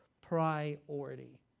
priority